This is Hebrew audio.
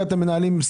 אם כן, המשטרה תענה.